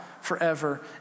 forever